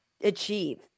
achieve